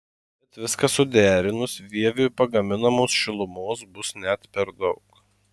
bet viską suderinus vieviui pagaminamos šilumos bus net per daug